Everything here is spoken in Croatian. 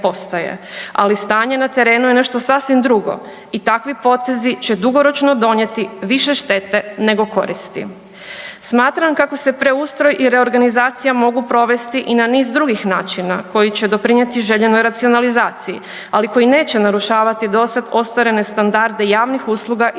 ali stanje na terenu je nešto sasvim drugo i takvi potezi će dugoročno donijeti više štete nego koristi. Smatram kako se preustroj i reorganizacija mogu provesti i na niz drugih načina koji će doprinijeti željenoj racionalizaciji ali koji neće narušavati dosad ostvarene standarde javnih usluga i